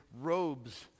robes